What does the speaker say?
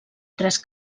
tres